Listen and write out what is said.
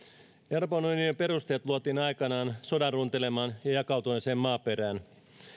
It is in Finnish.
euroopan unionin perustajat luotiin aikanaan sodan runtelemaan ja jakautuneeseen maaperään